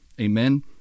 Amen